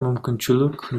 мүмкүнчүлүк